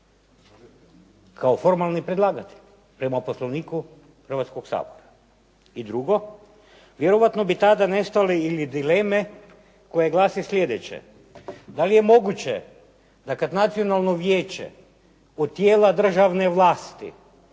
kao formalni predlagatelji prema Poslovniku Hrvatskog sabora? I drugo, vjerojatno bi tada nestale ili dileme koje glase sljedeće. Da li je moguće da kad Nacionalno vijeće od tijela državne vlasti